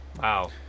Wow